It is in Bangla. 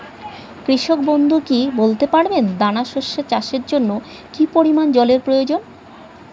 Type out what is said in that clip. কৃষক বন্ধু কি বলতে পারবেন দানা শস্য চাষের জন্য কি পরিমান জলের প্রয়োজন?